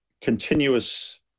continuous